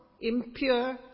impure